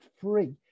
free